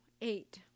Eight